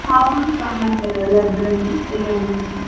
ಸಾಬೂನು ಸಹ ಮಾಡ್ತಾರಲ್ವ ಅದರಲ್ಲಿ ಶ್ರೀಗಂಧದಲ್ಲಿ